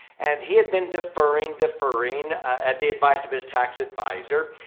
and he had been deferring deferring at the advice of his tax advisor